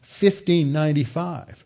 1595